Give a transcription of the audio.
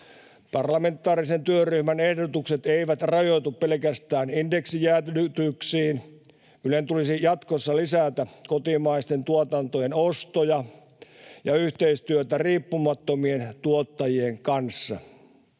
Parlamentaarisen työryhmän ehdotukset eivät rajoitu pelkästään indeksijäädytyksiin. Ylen tulisi jatkossa lisätä kotimaisten tuotantojen ostoja ja yhteistyötä riippumattomien tuottajien kanssa.